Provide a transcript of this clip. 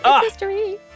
History